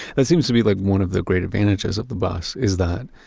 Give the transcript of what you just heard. that seems to be like one of the great advantages of the bus is that